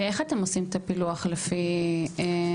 ואיך אתם עושים את הפילוח לפי עדות?